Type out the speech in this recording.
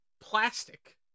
plastic